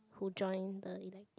who join the elective